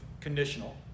conditional